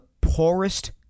poorest